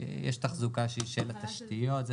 יש תחזוקה שהיא של התשתיות.